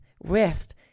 rest